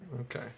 okay